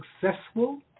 successful